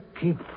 keep